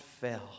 fell